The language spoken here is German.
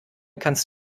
kannst